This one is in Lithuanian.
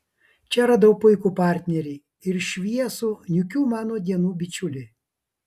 čia radau puikų partnerį ir šviesų niūkių mano dienų bičiulį